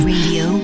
Radio